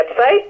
website